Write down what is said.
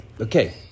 okay